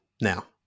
Now